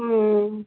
হুম